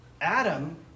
Adam